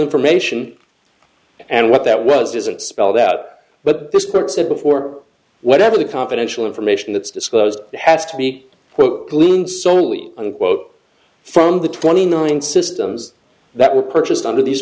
information and what that was isn't spelled out but this court said before whatever the confidential information that's disclosed has to be gleaned solely unquote from the twenty nine systems that were purchased under these